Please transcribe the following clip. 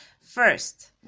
First